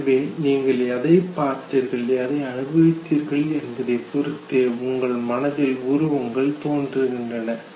எனவே நீங்கள் எதை பார்த்தீர்கள் எதை அனுபவித்தீர்கள் என்பதை பொறுத்தே உங்கள் மனதில் உருவங்கள் தோன்றுகின்றன